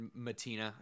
Matina